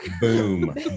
Boom